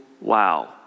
wow